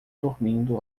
dormindo